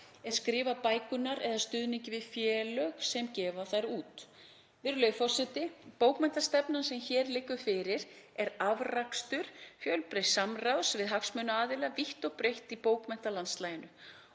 er skrifa bækurnar eða stuðningi við félög sem gefa þær út. Virðulegi forseti. Bókmenntastefnan sem hér liggur fyrir er afrakstur fjölbreytts samráðs við hagsmunaaðila vítt og breitt í bókmenntalandslaginu.